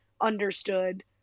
understood